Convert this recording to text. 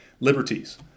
Liberties